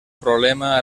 problema